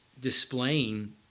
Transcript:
displaying